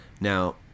now